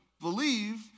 believe